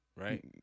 right